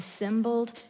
assembled